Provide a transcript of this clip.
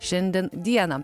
šiandien dieną